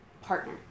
partner